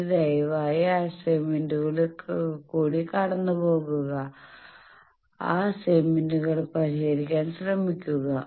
ഇനി ദയവായി അസൈൻമെന്റുകളിലൂടെ കടന്നുപോകുക ആ അസൈൻമെന്റുകൾ പരിഹരിക്കാൻ ശ്രമിക്കുക